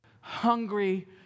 hungry